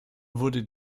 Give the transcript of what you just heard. wurde